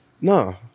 No